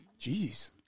Jeez